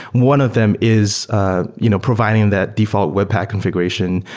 one of them is ah you know providing that default webpack confi guration,